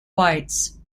whites